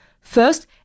First